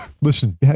Listen